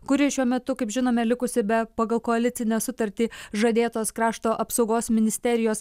kuri šiuo metu kaip žinome likusi be pagal koalicinę sutartį žadėtos krašto apsaugos ministerijos